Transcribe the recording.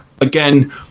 Again